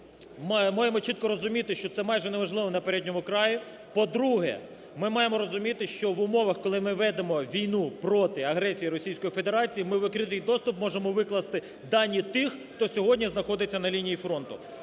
ми маємо чітко розуміти, що це майже неможливо на передньому краї. По-друге, ми маємо розуміти, що в умовах, коли ми ведемо війну проти агресії Російської Федерації, ми у відкритий доступ можемо викласти дані тих, хто сьогодні знаходиться на лінії фронту.